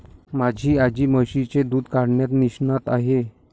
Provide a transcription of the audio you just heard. माझी आजी म्हशीचे दूध काढण्यात निष्णात आहे